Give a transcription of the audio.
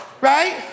Right